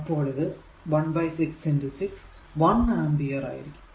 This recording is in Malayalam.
അപ്പോൾ ഇത് 1 6 6 1ആമ്പിയർ ആയിരിക്കും